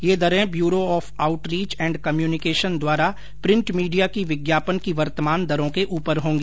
ये दरें Bureau of Outreach and Communication द्वारा प्रिंट मीडिया की विज्ञापन की वर्तमान दरो के ऊपर होगी